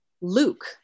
luke